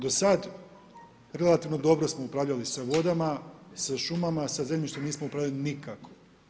Do sad, relativno dobro smo upravljali sa vodama, sa šumama, sa zemljištem nismo upravljali nikako.